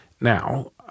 Now